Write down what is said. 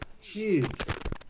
Jeez